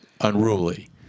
unruly